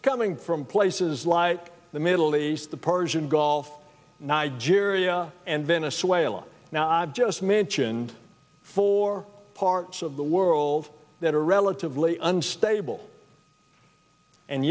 it's coming from places like the middle east the persian gulf nigeria area and venezuela now i've just mentioned for parts of the world that are relatively unstable and